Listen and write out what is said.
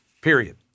period